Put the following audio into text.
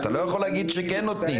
אז אתה לא יכול להגיד שכן נותנים.